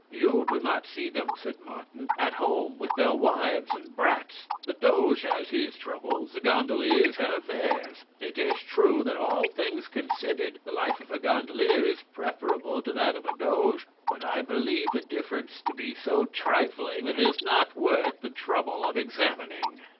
you do not see them, said martin, at home with their wives and brats. the doge has his troubles, the gondoliers have theirs. it is true that, all things considered, the life of a gondolier is preferable to that of a doge but i believe the difference to be so trifling that it is not worth the trouble of examining.